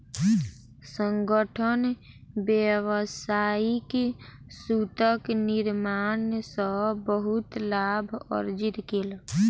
संगठन व्यावसायिक सूतक निर्माण सॅ बहुत लाभ अर्जित केलक